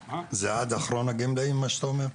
זה עד אחרון הגמלאים מה שאתה אומר?